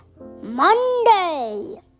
Monday